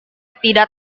tidak